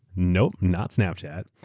no, not snapchat.